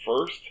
first